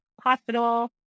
hospital